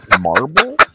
Marble